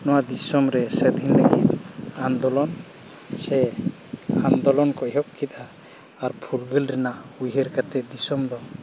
ᱱᱚᱣᱟ ᱫᱤᱥᱚᱢ ᱨᱮ ᱥᱟᱹᱫᱷᱤᱱᱚᱜ ᱟᱱᱫᱳᱞᱚᱱ ᱥᱮ ᱟᱱᱫᱳᱞᱚᱱ ᱠᱚ ᱮᱦᱚᱵ ᱠᱮᱜᱼᱟ ᱟᱨ ᱯᱷᱩᱨᱜᱟᱹᱞ ᱨᱮᱱᱟᱜ ᱩᱭᱦᱟᱨ ᱠᱟᱛᱮ ᱫᱤᱥᱚᱢ ᱫᱚ